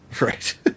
Right